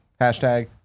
Hashtag